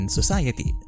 society